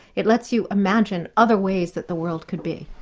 it lets you imagine other ways that the world could be.